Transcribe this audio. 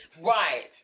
Right